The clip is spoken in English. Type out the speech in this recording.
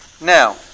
Now